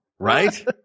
Right